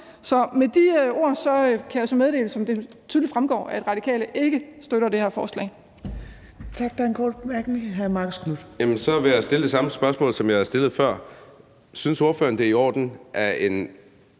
Så med de ord kan jeg meddele, som det tydeligt fremgår, at Radikale ikke støtter det her forslag.